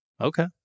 Okay